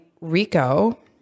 Rico